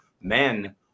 men